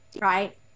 right